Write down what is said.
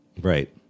right